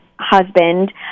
husband